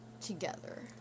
together